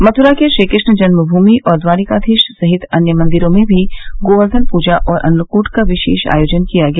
मथुरा के श्रीकृष्ण जन्मभूमि और द्वारिकाधीश सहित अन्य मंदिरों में भी गोवर्धन पूजा और अन्नकूट का विशेष आयोजन किया गया